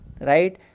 right